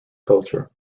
culture